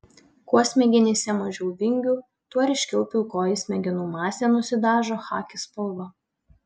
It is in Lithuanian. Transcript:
kuo smegenyse mažiau vingių tuo ryškiau pilkoji smegenų masė nusidažo chaki spalva